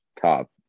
top